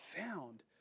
found